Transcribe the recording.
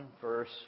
verse